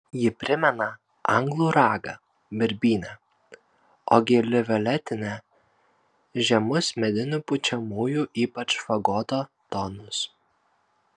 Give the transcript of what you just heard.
ji primena anglų ragą birbynę o gili violetinė žemus medinių pučiamųjų ypač fagoto tonus